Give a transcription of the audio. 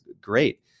great